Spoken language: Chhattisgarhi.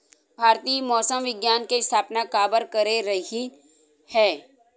भारती मौसम विज्ञान के स्थापना काबर करे रहीन है?